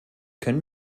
können